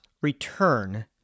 return